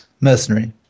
Mercenary